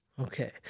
Okay